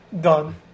Done